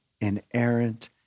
inerrant